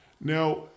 Now